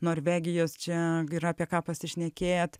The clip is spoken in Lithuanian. norvegijos čia yra apie ką pasišnekėt